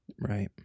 Right